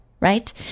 right